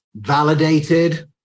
validated